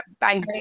Bye